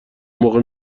موقع